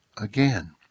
again